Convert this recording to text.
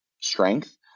strength